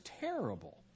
terrible